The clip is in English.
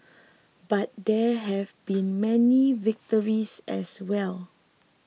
but there have been many victories as well